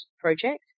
project